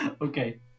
Okay